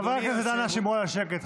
חברי הכנסת, אנא שמרו על השקט.